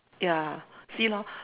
ya see loh